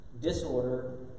Disorder